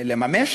לממש.